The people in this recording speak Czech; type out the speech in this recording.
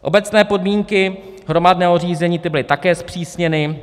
Obecné podmínky hromadného řízení byly také zpřísněny.